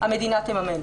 המדינה תממן,